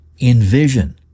Envision